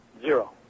Zero